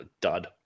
Dud